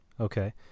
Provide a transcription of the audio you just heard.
Okay